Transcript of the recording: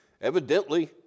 Evidently